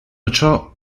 ciò